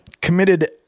committed